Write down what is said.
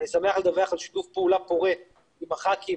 אני שמח לדווח על שיתוף פעולה פורה עם חברי וחברות